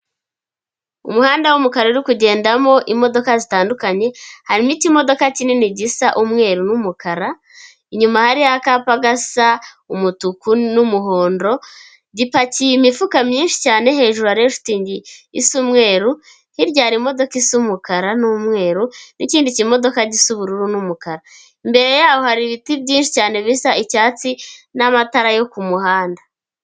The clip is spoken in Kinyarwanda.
Umuhanda w'umukara uri kugendamo imodoka zitandukanye, harimo n'ikimodoka kinini gisa umweru n'umukara, inyuma hariho akapa gasa umutuku n'umuhondo, gipakiye imifuka myinshi cyane, hejuru hariho shitingi isa umweru, hirya hari imodoka isa umukara n'umweru n'ikindi kimodoka gisa ubururu n'umukara, imbere yaho hari ibiti byinshi cyane bisa icyatsi n'amatara yo kumuhanda.